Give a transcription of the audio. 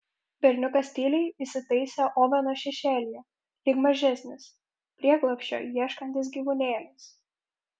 berniukas tyliai įsitaisė oveno šešėlyje lyg mažesnis prieglobsčio ieškantis gyvūnėlis